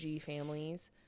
families